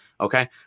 Okay